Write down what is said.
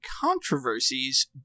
controversies